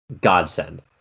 godsend